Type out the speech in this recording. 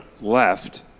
left